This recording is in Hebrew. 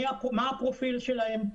מה הפרופיל שלהם,